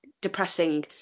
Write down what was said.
depressing